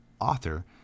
author